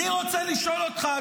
אני רוצה לשאול אותך,